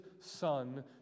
son